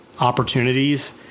opportunities